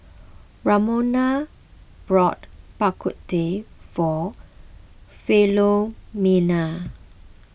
Ramona bought Bak Kut Teh for Philomena